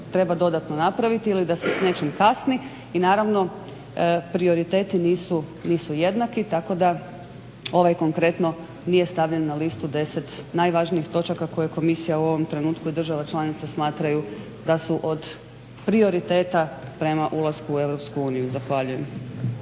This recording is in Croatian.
nešto dodatno napraviti ili da se s nečim kasni i naravno prioriteti nisu jednaki tako da ovaj konkretno nije stavljen na listu 10 najvažnijih točaka koje komisija u ovom trenutku i država članica smatraju da su od prioriteta prema ulasku u EU. Zahvaljujem.